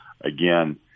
again